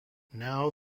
now